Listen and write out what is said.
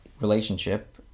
relationship